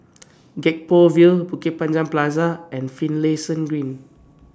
Gek Poh Ville Bukit Panjang Plaza and Finlayson Green